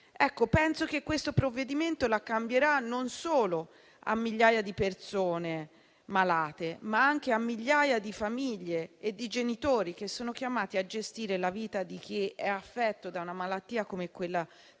penso che questo provvedimento cambierà la vita, non solo a migliaia di persone malate, ma anche a migliaia di famiglie e genitori che sono chiamati a gestire la vita di chi è affetto da una malattia come il diabete